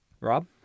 Rob